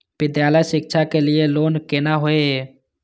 विद्यालय शिक्षा के लिय लोन केना होय ये?